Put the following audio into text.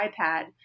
iPad